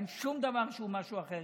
אין שום דבר שהוא משהו אחר.